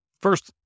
first